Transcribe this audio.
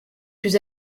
plus